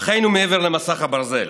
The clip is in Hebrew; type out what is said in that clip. "אחינו שמעבר למסך הברזל",